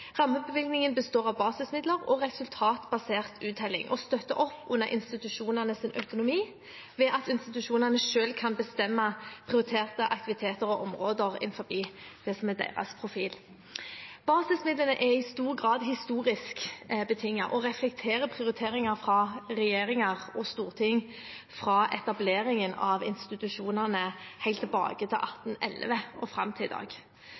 Rammebevilgningen består av basismidler og resultatbasert uttelling og støtter opp under institusjonenes økonomi ved at institusjonene selv kan bestemme prioriterte aktiviteter og områder innenfor det som er deres profil. Basismidlene er i stor grad historisk betinget og reflekterer prioriteringer fra regjeringer og storting fra etableringen av institusjonene helt tilbake til 1811 og fram til i dag.